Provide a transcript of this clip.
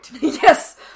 Yes